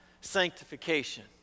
sanctification